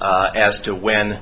as to when